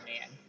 man